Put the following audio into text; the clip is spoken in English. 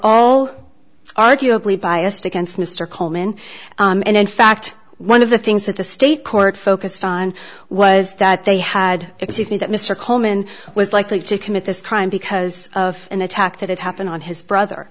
all arguably biased against mr coleman and in fact one of the things that the state court focused on was that they had excuse me that mr coleman was likely to commit this crime because of an attack that happened on his brother